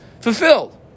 fulfilled